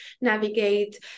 navigate